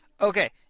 Okay